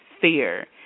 fear